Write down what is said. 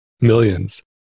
millions